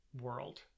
world